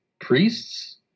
priests